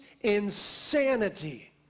insanity